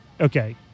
okay